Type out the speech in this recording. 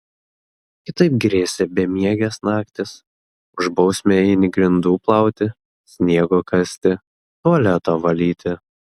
kitaip grėsė bemiegės naktys už bausmę eini grindų plauti sniego kasti tualeto valyti